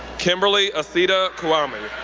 kimberly aissita kouame,